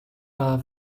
wahr